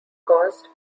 caused